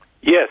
Yes